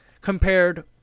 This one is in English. compared